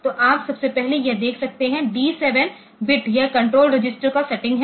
तो आप सबसे पहले यह देख सकते हैं डी 7 बिट यह कण्ट्रोल रजिस्टर का सेटिंग है